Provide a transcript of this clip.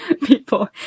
people